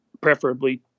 preferably